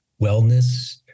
wellness